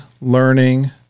learning